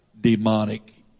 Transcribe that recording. demonic